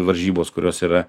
varžybos kurios yra